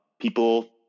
people